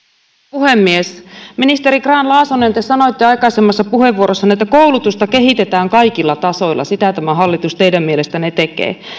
puhemies ministeri grahn laasonen te sanoitte aikaisemmassa puheenvuorossanne että koulutusta kehitetään kaikilla tasoilla sitä tämä hallitus teidän mielestänne tekee